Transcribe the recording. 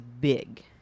big